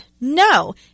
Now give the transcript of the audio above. No